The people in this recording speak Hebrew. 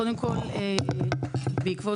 קודם כל, בעקבות